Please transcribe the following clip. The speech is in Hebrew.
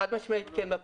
חד-משמעית כן בפריסה.